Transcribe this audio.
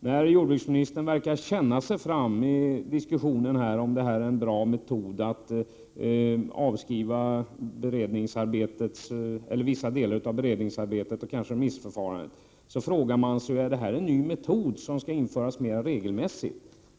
När jordbruksministern verkar känna sig fram i diskussionen om huruvida det är en bra metod att avskriva vissa delar av beredningsarbetet och kanske remissförfarandet, frågar man sig: Är detta en ny metod, som skall införas mera regelmässigt?